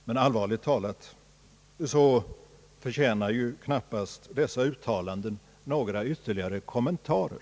Men allvarligt talat förtjänar ju dessa uttalanden knappast några ytterligare kommentarer.